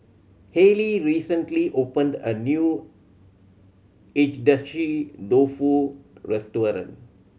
Hayleigh recently opened a new Agedashi Dofu restaurant